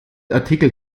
artikel